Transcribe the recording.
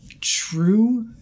true